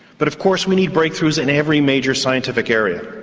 but of course we need breakthroughs in every major scientific area.